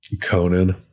Conan